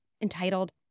entitled